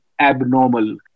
abnormal